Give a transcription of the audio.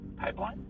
pipeline